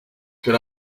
good